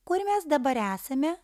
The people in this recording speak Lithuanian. kur mes dabar esame